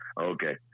Okay